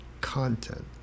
content